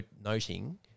noting